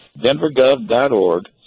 denvergov.org